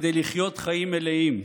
כדי לחיות חיים מלאים.